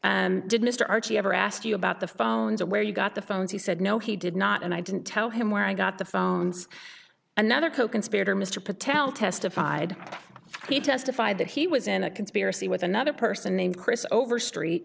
and did mr archie ever ask you about the phones or where you got the phones he said no he did not and i didn't tell him where i got the phones another coconspirator mr patel testified he testified that he was in a conspiracy with another person named chris overstreet